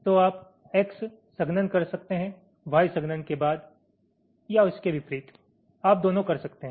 तो आप X संघनन कर सकते हैं Y संघनन के बाद या इसके विपरीत आप दोनों कर सकते हैं